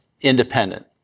independent